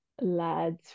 lads